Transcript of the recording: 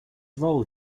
role